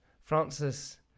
Francis